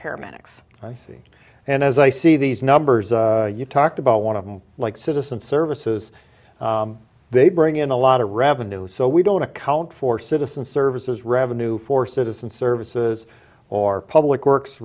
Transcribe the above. paramedics i see and as i see these numbers you talked about one of them like citizen services they bring in a lot of revenue so we don't account for citizen services revenue for citizen services or public works